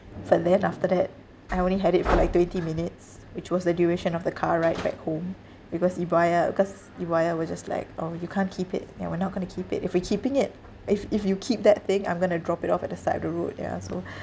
so then after that I only had it for like twenty minutes which was the duration of the car ride back home because ibaya because ibaya were just like orh you can't keep it ya we're not going to keep it if we're keeping it if if you keep that thing I'm going to drop it off at the side of the road ya so